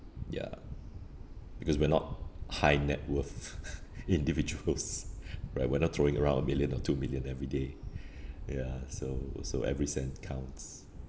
ya because we're not high net worth individuals right we're not throwing around a million or two million every day ya so so every cent counts